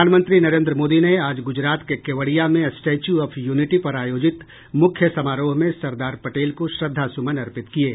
प्रधानमंत्री नरेंद्र मोदी ने आज गुजरात के केवड़िया में स्टेच्यू ऑफ यूनिटी पर आयोजित मुख्य समारोह में सरदार पटेल को श्रद्धासुमन अर्पित किये